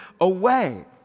away